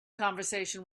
conversation